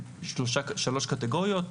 שלוש קטגוריות